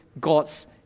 God's